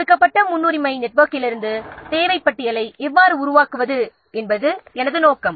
கொடுக்கப்பட்ட முன்னுரிமை நெட்வொர்க்கிலிருந்து தேவைப்பட்டியலை எவ்வாறு உருவாக்குவது என்பது தான் நோக்கம்